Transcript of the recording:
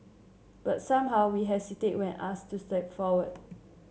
but somehow we hesitate when asked to step forward